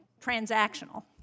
transactional